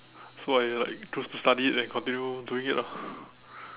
so I like choose to study it and continue doing it lah